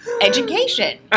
education